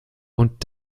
und